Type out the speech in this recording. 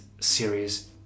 series